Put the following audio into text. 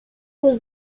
was